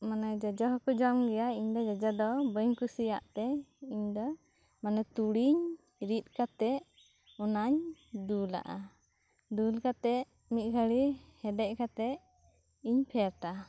ᱢᱟᱱᱮ ᱡᱚᱡᱚ ᱦᱚᱠᱚ ᱡᱚᱢ ᱜᱮᱭᱟ ᱤᱧ ᱫᱚ ᱡᱚᱡᱚ ᱵᱟᱹᱧ ᱠᱩᱥᱤᱭᱟᱜ ᱛᱮ ᱤᱧᱫᱚ ᱢᱟᱱᱮ ᱛᱩᱲᱤᱧ ᱨᱤᱫ ᱠᱟᱛᱮ ᱚᱱᱟᱧ ᱫᱩᱞᱟᱜᱼᱟ ᱫᱩᱞ ᱠᱟᱛᱮ ᱢᱤᱫ ᱜᱷᱟᱹᱲᱤᱡ ᱦᱮᱰᱮᱡ ᱠᱟᱛᱮ ᱤᱧ ᱯᱷᱮᱴᱟ